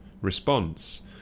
response